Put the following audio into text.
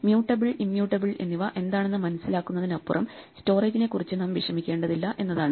mutable immutable എന്നിവ എന്താണെന്ന് മനസിലാക്കുന്നതിനപ്പുറം സ്റ്റോറേജിനെക്കുറിച്ച് നാം വിഷമിക്കേണ്ടതില്ല എന്നതാണ്